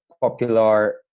popular